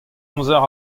amzer